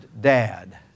dad